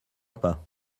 pas